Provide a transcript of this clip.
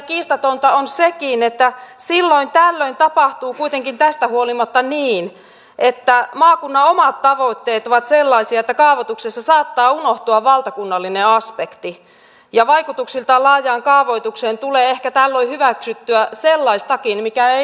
kiistatonta on sekin että silloin tällöin tapahtuu kuitenkin tästä huolimatta niin että maakunnan omat tavoitteet ovat sellaisia että kaavoituksessa saattaa unohtua valtakunnallinen aspekti ja vaikutuksiltaan laajaan kaavoitukseen tulee ehkä tällöin hyväksyttyä sellaistakin mikä ei laillisuustarkastelua kestä